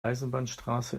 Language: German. eisenbahnstraße